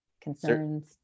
concerns